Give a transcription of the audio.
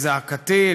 לזעקתי?